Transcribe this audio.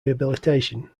rehabilitation